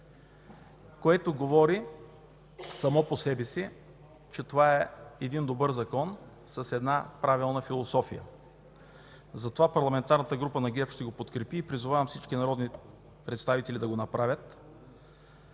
което говори само по себе си, че това е един добър закон с една правилна философия. Затова Парламентарната група на ГЕРБ ще го подкрепи и призовавам всички народни представители да го направят.